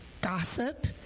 gossip